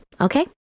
okay